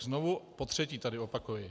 Znovu potřetí tady opakuji.